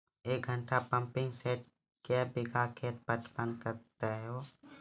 एक घंटा pumping set क्या बीघा खेत पटवन है तो?